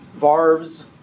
varves